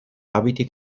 abiti